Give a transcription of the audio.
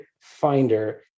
finder